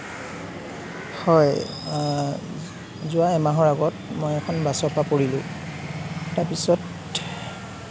হয় যোৱা এমাহৰ আগত মই এখন বাছৰ পৰা পৰিলোঁ তাৰ পিছত